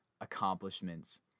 accomplishments